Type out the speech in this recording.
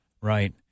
Right